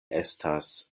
estas